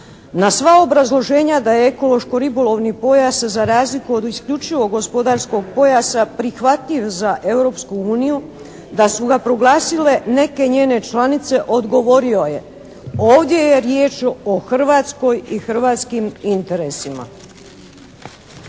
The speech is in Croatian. Na sva obrazloženja da je ekološko-ribolovni pojas za razliku od isključivo gospodarskog pojasa prihvatljiv za Europsku uniju, da su ga proglasile neke njene članice odgovorio je, ovdje je riječ o Hrvatskoj i hrvatskim interesima.